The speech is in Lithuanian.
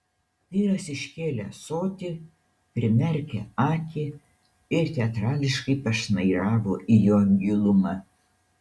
vyras iškėlė ąsotį primerkė akį ir teatrališkai pašnairavo į jo gilumą